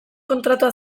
kontratua